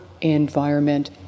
environment